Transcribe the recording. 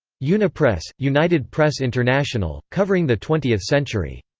unipress united press international covering the twentieth century.